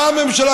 באה הממשלה,